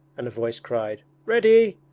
and a voice cried, ready,